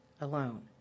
alone